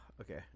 okay